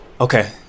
Okay